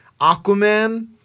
Aquaman